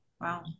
Wow